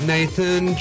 Nathan